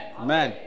Amen